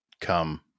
come